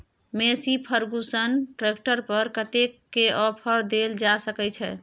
Massey Ferguson tractor पर कतेक के ऑफर देल जा सकै छै?